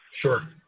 Sure